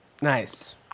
Nice